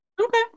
Okay